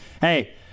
Hey